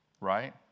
right